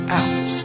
out